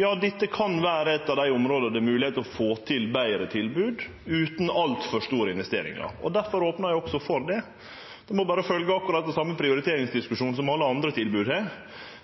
Ja, dette kan vere eitt av dei områda der det er mogleg å få til betre tilbod utan altfor store investeringar. Difor opnar eg også for det. Ein må berre følgje akkurat den same prioriteringsdiskusjonen som ved alle andre tilbod.